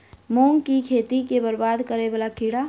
मूंग की खेती केँ बरबाद करे वला कीड़ा?